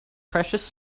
precious